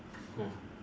mm